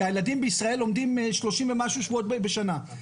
הילדים בישראל לומדים 30 ומשהו שבועות בשנה.